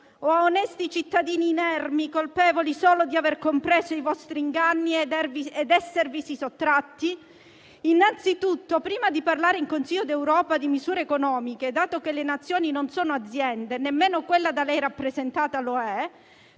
o a onesti cittadini inermi, colpevoli solo di aver compreso i vostri inganni ed esservisi sottratti? Innanzitutto, prima di parlare nel Consiglio europeo di misure economiche, dato che le Nazioni non sono aziende - nemmeno quella da lei rappresentata lo è